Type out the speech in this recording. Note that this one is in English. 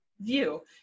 view